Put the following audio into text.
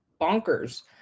bonkers